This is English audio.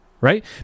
right